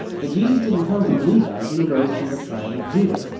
but jesus didn't come from levi, he arose from the tribe of judah.